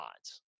odds